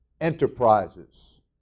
enterprises